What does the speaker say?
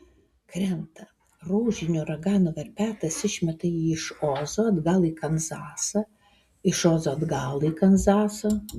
krenta rožinio uragano verpetas išmeta jį iš ozo atgal į kanzasą iš ozo atgal į kanzasą